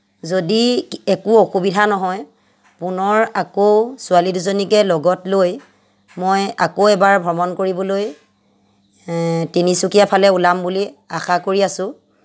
যদি একো অসুবিধা নহয় পুনৰ আকৌ ছোৱালী দুজনীকে লগত লৈ মই আকৌ এবাৰ ভ্ৰমণ কৰিবলৈ তিনিচুকীয়াৰ ফালে ওলাম বুলি আশা কৰি আছোঁ